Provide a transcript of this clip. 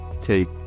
take